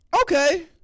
Okay